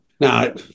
Now